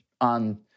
on